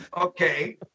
Okay